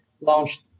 launched